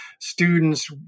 students